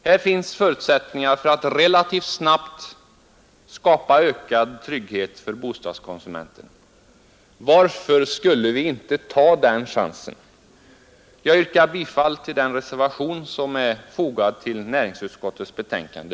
Här finns förutsättningar för att relativt snabbt skapa ökad trygghet för bostadskonsumenten. Varför skulle vi inte ta den chansen? Jag yrkar bifall till den reservation som är fogad vid utskottets betänkande.